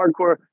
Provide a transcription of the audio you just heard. hardcore